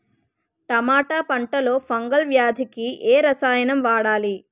టమాటా పంట లో ఫంగల్ వ్యాధికి ఏ రసాయనం వాడాలి?